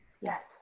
yes